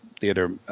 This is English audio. theater